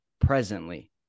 presently